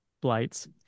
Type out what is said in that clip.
blights